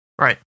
Right